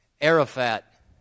Arafat